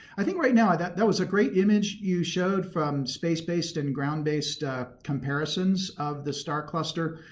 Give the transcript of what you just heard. i think right now that that was a great image you showed from space-based and ground-based ah comparisons of the star cluster.